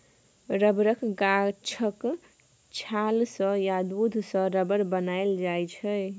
रबरक गाछक छाल सँ या दुध सँ रबर बनाएल जाइ छै